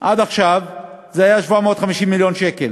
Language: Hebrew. עד עכשיו היה 750 מיליון שקל,